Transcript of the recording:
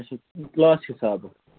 اچھا کٕلاس حِسابہٕ